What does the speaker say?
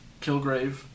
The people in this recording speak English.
Kilgrave